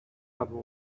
other